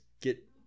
get